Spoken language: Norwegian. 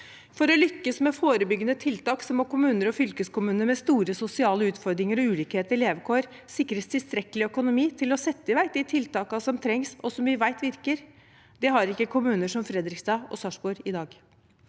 For å lykkes med forebyggende tiltak må kommuner og fylkeskommuner med store sosiale utfordringer og ulikheter i levekår sikres tilstrekkelig økonomi til å sette i verk de tiltakene som trengs, og som vi vet virker. Det har ikke kommuner som Fredrikstad og Sarpsborg i dag.